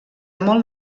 molt